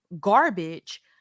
garbage